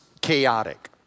chaotic